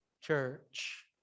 church